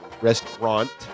Restaurant